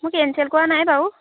মই কেনচেল কৰা নাই বাৰু